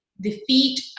defeat